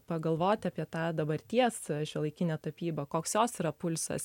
pagalvoti apie tą dabarties šiuolaikinę tapybą koks jos yra pulsas